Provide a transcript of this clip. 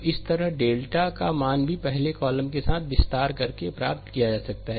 तो इसी तरह डेल्टा का मान भी पहले कॉलम के साथ विस्तार करके प्राप्त किया जा सकता है